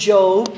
Job